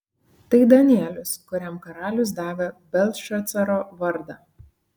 tai danielius kuriam karalius davė beltšacaro vardą